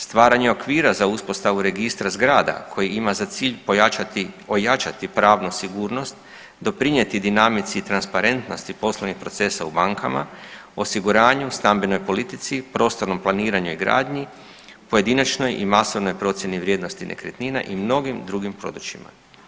Stvaranje okvira za uspostavu registra zgrada koji ima za cilj pojačati, ojačati pravnu sigurnost, doprinijeti dinamici transparentnosti poslovnih procesa u bankama, osiguranju, stambenoj politici, prostornom planiranju i gradnji, pojedinačnoj i masovnoj procjeni vrijednosti nekretnina i mnogim drugim područjima.